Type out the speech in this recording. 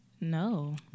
No